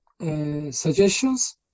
suggestions